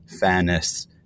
fairness